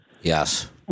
Yes